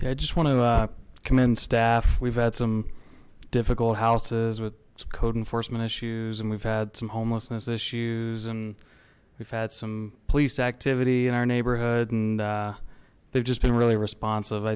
i just want to commend staff we've had some difficult houses with code enforcement issues and we've had some homelessness issues and we've had some police activity in our neighborhood and they've just been really respons